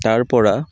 তাৰপৰা